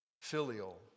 Filial